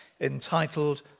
entitled